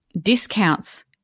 discounts